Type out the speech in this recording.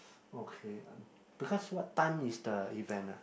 okay because what time is the event ah